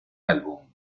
álbum